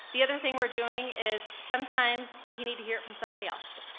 the other thing we're doing is, sometimes you need to hear it from somebody else,